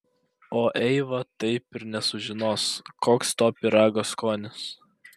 o eiva taip ir nesužinos koks to pyrago skonis